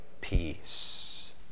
peace